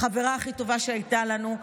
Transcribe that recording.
החברה הכי טובה שהייתה לנו,